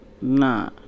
Nah